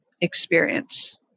experience